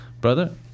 Brother